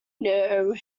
know